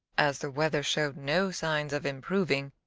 as the weather showed no signs of improving,